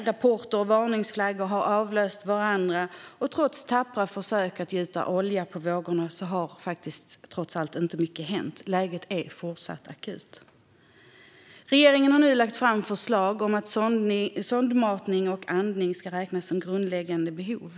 Rapporter och varningsflaggor har avlöst varandra, och trots tappra försök att gjuta olja på vågorna har inte mycket hänt. Läget är fortsatt akut. Regeringen har nu lagt fram förslag om att sondmatning och andning ska räknas som grundläggande behov.